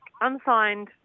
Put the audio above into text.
unsigned